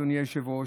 אדוני היושב-ראש,